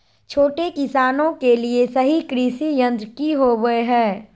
छोटे किसानों के लिए सही कृषि यंत्र कि होवय हैय?